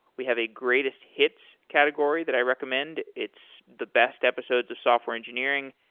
we have a greatest hits category that i recommend. it's the best episodes of software engineering.